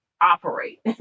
operate